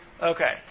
Okay